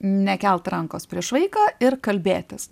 nekelt rankos prieš vaiką ir kalbėtis